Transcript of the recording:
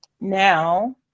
now